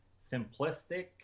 simplistic